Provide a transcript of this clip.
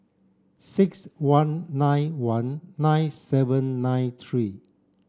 six one nine one nine seven nine three